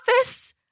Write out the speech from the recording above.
office